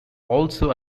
also